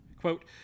Quote